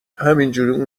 همینجوری